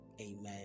Amen